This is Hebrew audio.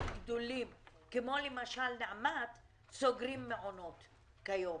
גדולים כמו למשל נעמ"ת סוגרים מעונות כיום,